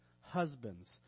husbands